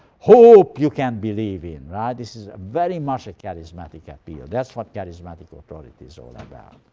hope you can believe in. right? this is very much a charismatic appeal. that's what charismatic authority is all about.